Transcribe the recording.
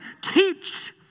teach